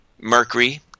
mercury